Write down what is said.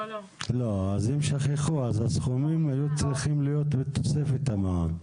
אם שכחו, הסכומים היו צריכים להיות בתוספת המע"מ.